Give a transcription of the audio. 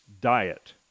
diet